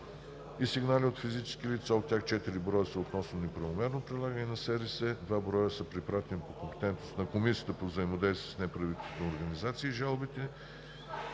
и сигнали от физически лица. От тях четири броя са относно неправомерно използване на СРС, два броя са препратени по компетентност до Комисията по взаимодействието с неправителствените организации и жалбите